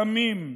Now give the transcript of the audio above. רמים,